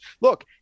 Look